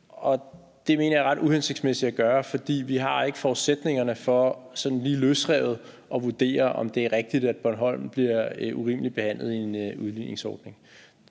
Det mener jeg er ret uhensigtsmæssigt at gøre, for vi har ikke forudsætningerne for sådan løsrevet at vurdere, om det er rigtigt, at Bornholm bliver urimeligt behandlet i udligningsordningen.